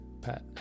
pat